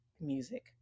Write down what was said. music